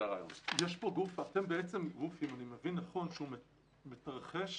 אם אני מבין נכון, אתם גוף שמתרחש,